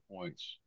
points